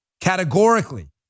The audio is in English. categorically